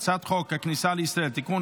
הכניסה לישראל (תיקון,